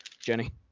Jenny